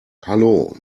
hallo